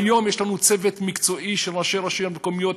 היום יש לנו צוות מקצועי של ראשי רשויות המקומיות,